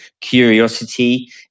curiosity